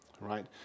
right